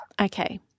Okay